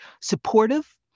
supportive